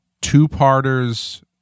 two-parters